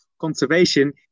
conservation